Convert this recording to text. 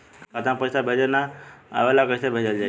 खाता में पईसा भेजे ना आवेला कईसे भेजल जाई?